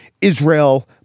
Israel